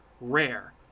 rare